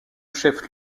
chef